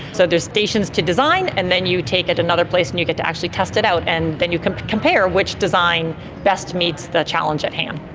so there are stations to design and then you take it another place and you get to actually test it out and then you can compare which design best meets the challenge at hand.